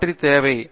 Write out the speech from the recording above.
மாற்றி தேவைப்படும்